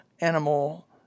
animal